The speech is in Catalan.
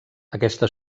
aquesta